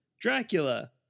Dracula